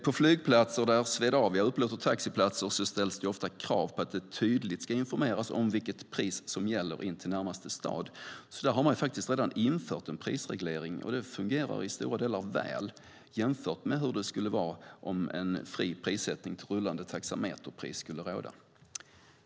På flygplatser där Swedavia upplåter taxiplatser ställs det ofta krav på att det tydligt ska informeras om vilket pris som gäller in till närmaste stad. Där har man alltså redan infört en prisreglering, och det fungerar i stora delar väl jämfört med hur det skulle vara om en fri prissättning till rullande taxameterpris skulle råda.